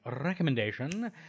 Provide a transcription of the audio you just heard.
recommendation